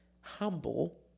humble